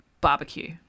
barbecue